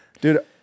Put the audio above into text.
Dude